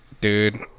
dude